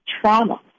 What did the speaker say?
trauma